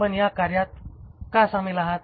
आपण या कार्यात का सामील आहात